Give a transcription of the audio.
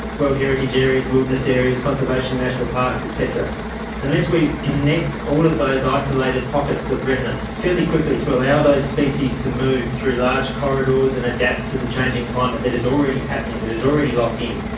world heritage areas, wilderness areas, conservation, national parks et cetera, and unless we connect all of those isolated pockets of remnant fairly quickly to allow those species to move through large corridors and adapt to the changing climate that is already happening, that is already locked in,